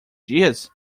dias